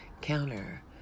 counter